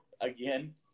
again